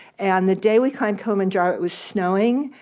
and the day we climbed kilimanjaro it was snowing,